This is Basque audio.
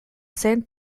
zen